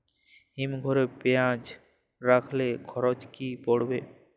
হিম ঘরে পেঁয়াজ রাখলে খরচ কি পড়বে?